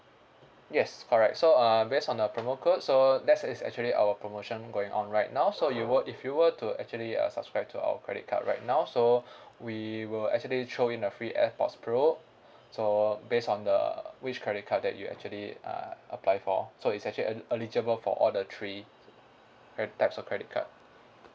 yes correct so uh base on the promo code so that's is actually our promotion going on right now so you were if you were to actually uh subscribe to our credit card right now so we will actually throw in a free airpods pro so based on the which credit card that you actually uh apply for so it's actually eligible for all the three types of credit card